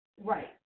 right